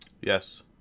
Yes